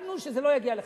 דאגנו שזה לא יגיע ל-50%.